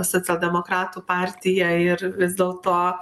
socialdemokratų partija ir vis dėlto